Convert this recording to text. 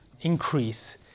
increase